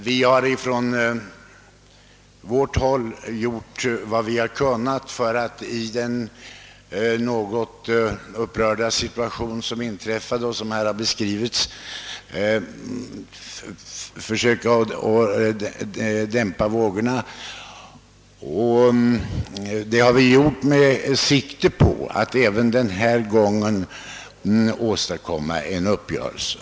Vi har från vårt håll gjort vad vi kunnat för att i den för närvarande något upprörda situationen försöka gjuta olja på vågorna, detta med sikte på att även denna gång åstadkomma en uppgörelse.